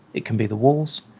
it can be the walls,